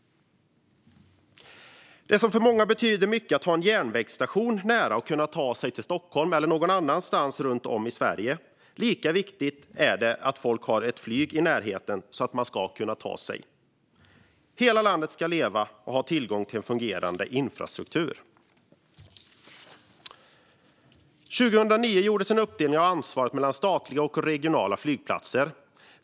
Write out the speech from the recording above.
För många betyder det mycket att ha en järnvägsstation nära och kunna ta sig till Stockholm eller någon annanstans runt om i Sverige. Lika viktigt är det att folk har ett flyg i närheten så att de kan ta sig till olika platser. Hela landet ska leva och ha tillgång till en fungerande infrastruktur. År 2009 gjordes en uppdelning av ansvaret mellan statliga och regionala flygplatser.